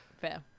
fair